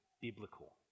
biblical